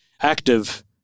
active